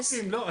לא רוצים, לא.